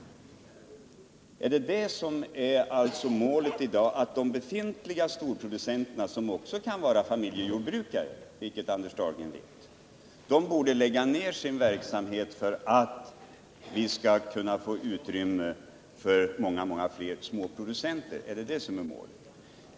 Är målet alltså i dag att de befintliga storproducenterna — som också kan vara familjejordbrukare, vilket Anders Dahlgren vet — skall lägga ner sin verksamhet för att vi skall kunna få utrymme för många fler småproducenter? Är det målet?